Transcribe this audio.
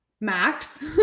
max